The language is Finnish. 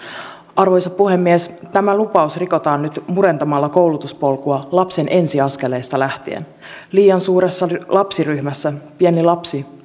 arvoisa puhemies tämä lupaus rikotaan nyt murentamalla koulutuspolkua lapsen ensiaskeleista lähtien liian suuressa lapsiryhmässä pieni lapsi